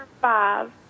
five